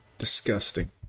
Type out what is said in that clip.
Disgusting